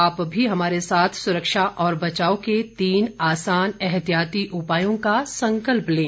आप भी हमारे साथ सुरक्षा और बचाव के तीन आसान एहतियाती उपायों का संकल्प लें